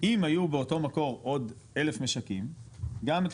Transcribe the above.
אם היו באותו מקור עוד 1,000 משקים גם את